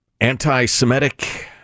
anti-Semitic